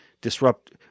disrupt